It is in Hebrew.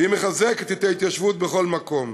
והיא מחזקת את ההתיישבות בכל מקום.